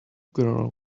girl